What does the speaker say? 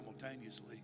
simultaneously